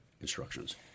instructions